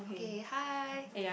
okay hi